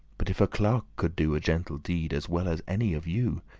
but if a clerk could do a gentle deed as well as any of you,